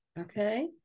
Okay